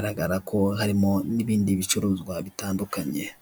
uragaragaramo ibirango bya emutiyeni ndetse n'umuntu wicaye munsi yawo wambaye ijiri ya emutiyeni ndetse n'ishati ari guhereza umuntu serivise usa n'uwamugannye uri kumwaka serivise arimo aramuha telefone ngendanwa. Hakurya yaho haragaragara abandi bantu barimo baraganira mbese bari munsi y'umutaka w'umutuku.